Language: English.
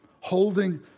holding